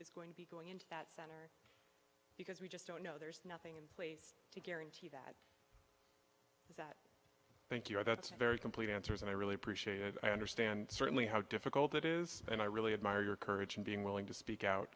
volume going into that center because we just don't know there's nothing in place to guarantee that that thank you that's a very complete answers and i really appreciate i understand certainly how difficult it is and i really admire your courage in being willing to speak out